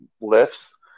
lifts